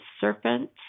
serpent